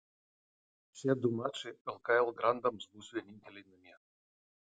šie du mačai lkl grandams bus vieninteliai namie